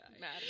Mad